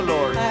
Lord